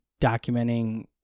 documenting